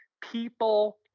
people